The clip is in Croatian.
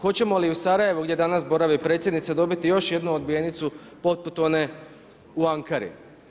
Hoćemo li u Sarajevu gdje danas boravi predsjednica dobiti još jednu odbijenicu poput one u Ankari?